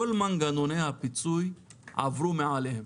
כל מנגנוני הפיצוי עברו מעליהם.